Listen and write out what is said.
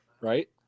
right